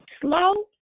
slow